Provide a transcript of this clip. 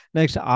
Next